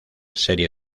serie